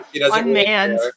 unmanned